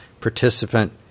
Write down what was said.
participant